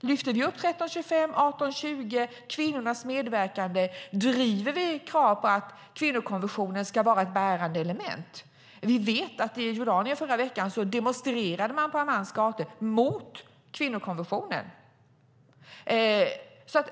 Lyfter vi fram resolutionerna 1325 och 1820 om kvinnors medverkan? Driver vi krav på att kvinnokonventionen ska vara ett bärande element? Vi vet att man i Jordanien förra veckan demonstrerade på Ammans gator mot kvinnokonventionen.